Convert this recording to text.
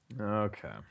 Okay